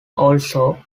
also